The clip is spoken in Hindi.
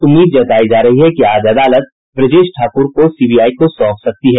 उम्मीद जतायी जा रही है कि आज अदालत ब्रजेश ठाकुर को सीबीआई को सौंप सकती है